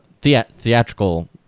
theatrical